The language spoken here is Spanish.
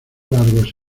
largos